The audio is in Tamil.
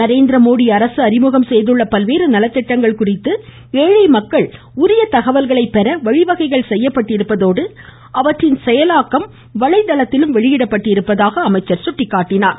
நரேந்திரமோடி அரசு அறிமுகம் செய்துள்ள பல்வேறு நலத்திட்டங்கள் குறித்து ஏழு மக்கள் உரிய தகவல்களை பெற வழிவகைகள் செய்யப்பட்டிருப்பதோடு அவற்றின் செயலாக்கம் வலைதளத்திலும் வெளியிடப்பட்டிருப்பதாக சுட்டிக்காட்டினார்